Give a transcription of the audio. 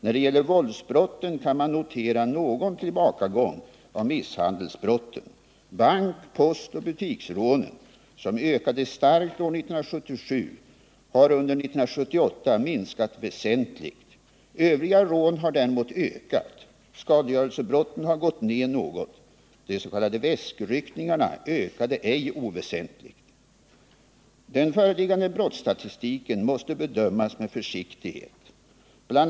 När det gäller våldsbrotten kan man notera någon tillbakagång av antalet misshandelsbrott. Antalet bank-, postoch butiksrån, som ökade starkt år 1977, har under 1978 minskat väsentligt. Antalet övriga rån har däremot ökat, medan antalet skadegörelsebrott har gått ned något. Antalet s.k. väskryckningar ökade ej oväsentligt. Den föreliggande brottsstatistiken måste bedömas med försiktighet. Bl.